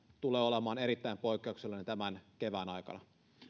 tulee olemaan erittäin poikkeuksellinen tämän kevään aikana